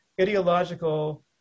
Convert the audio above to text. ideological